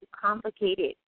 complicated